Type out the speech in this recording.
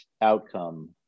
outcome